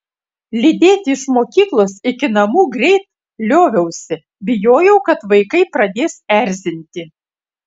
lydėti iš mokyklos iki namų greit lioviausi bijojau kad vaikai pradės erzinti